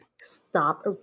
Stop